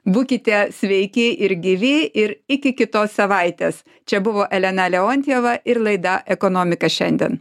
būkite sveiki ir gyvi ir iki kitos savaitės čia buvo elena leontjeva ir laida ekonomika šiandien